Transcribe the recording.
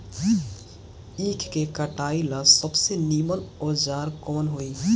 ईख के कटाई ला सबसे नीमन औजार कवन होई?